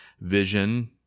Vision